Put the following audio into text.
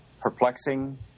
perplexing